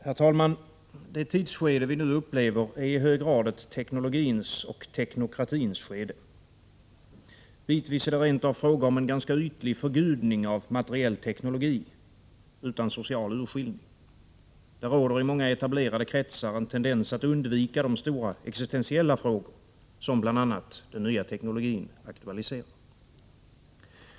Herr talman! Det tidsskede vi nu upplever är i hög grad ett teknologins och teknokratins skede. Bitvis är det rent av fråga om en ganska ytlig förgudning av materiell teknologi, utan social urskillning. Det råder i många etablerade kretsar en tendens att undvika de stora existentiella frågor som bl.a. den nya teknologin aktualiserar.